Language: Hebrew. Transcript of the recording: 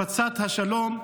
הפצת השלום.